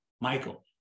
Michael